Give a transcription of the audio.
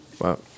Wow